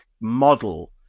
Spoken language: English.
model